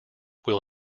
will